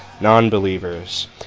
non-believers